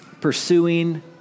pursuing